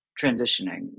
transitioning